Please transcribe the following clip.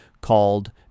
called